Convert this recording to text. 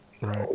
Right